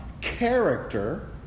character